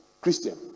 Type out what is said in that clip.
Christian